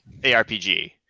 ARPG